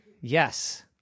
yes